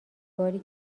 باری